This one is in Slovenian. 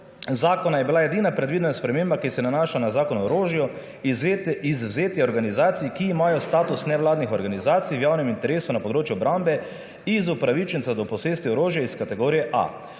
zakona je bila edina predvidena sprememba, ki se nanaša na zakon o orožju izvzetje organizacije, ki imajo status nevladnih organizacij v javnem interesu na področju obrambe iz upravičenca do posesti orožja iz kategorije A.